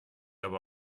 aber